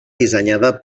dissenyada